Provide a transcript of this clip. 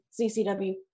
CCW